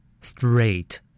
straight